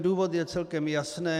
Důvod je celkem jasný.